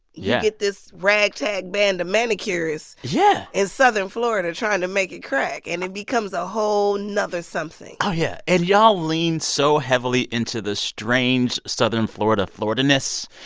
you get this ragtag band of manicurists. yeah. in southern florida trying to make it crack. and it becomes a whole nother something oh, yeah. and y'all lean so heavily into the strange southern florida florida-ness.